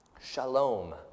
shalom